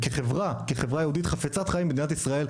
כחברה יהודית חפצת חיים במדינת ישראל,